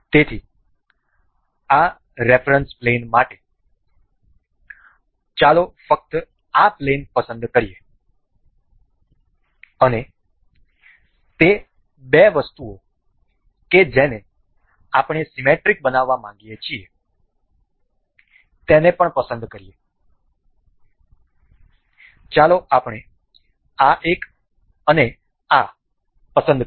તેથી આ reference plane માટે ચાલો ફક્ત આ પ્લેન પસંદ કરીએ અને તે બે વસ્તુઓ કે જેને આપણે સીમેટ્રિક બનવા માંગીએ છીએ ચાલો આપણે આ એક અને આ પસંદ કરીએ